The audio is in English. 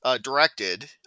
directed